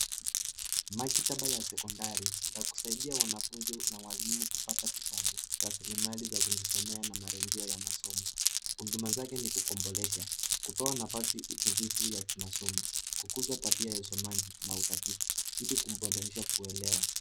Maktaba ya sekondari ya kusaidia wanafunzi na walimu kupata vitabu, rasilimali za kujisomea na marejeo ya somo. Huduma zake ni kukombulesha, kutoa nafasi utulivu ya kimasomo, kukuza tabia ya usomaji na utafiti ili kuboraisha kuelewa.